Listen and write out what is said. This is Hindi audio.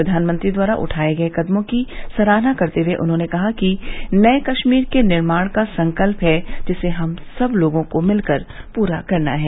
प्रधानमंत्री द्वारा उठाये गए कदमों की सराहना करते हुए उन्होंने कहा कि नए कश्मीर के निर्माण का संकल्प है जिसे हम सब लोगों को मिलकर पूरा करना है